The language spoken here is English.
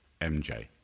MJ